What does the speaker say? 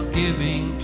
giving